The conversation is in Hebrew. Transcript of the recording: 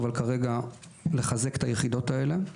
כרגע אנחנו מבקשים לחזק את היחידות האלה.